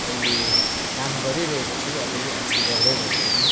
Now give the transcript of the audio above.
अहिले काम गरिरहेको छु अलिअलि अल्छी गर्दै भए पनि